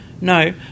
no